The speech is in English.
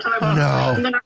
No